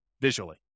visually